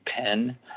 pen